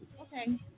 Okay